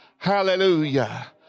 Hallelujah